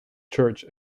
church